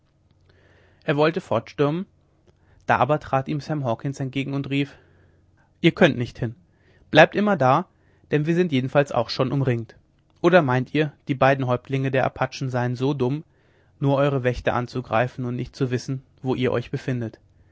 er wollte fortstürmen da aber trat ihm sam hawkens entgegen und rief ihr könnt nicht hin bleibt immer da denn wir sind jedenfalls auch schon umringt oder meint ihr die beiden häuptlinge der apachen seien so dumm nur eure wächter anzugreifen und nicht zu wissen wo ihr euch befindet